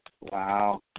Wow